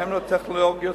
בהתאם לטכנולוגיות,